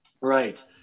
Right